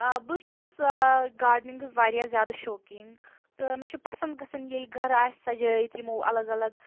بہٕ چھَس گاڈنِنٛگٕز واریاہ زیادٕ شوقیٖن تہٕ مےٚ چھُ پَسنٛد گژھَان ییٚلہِ گَرٕ آسہِ سَجٲیِتھ یِمَو اَلگ اَلگ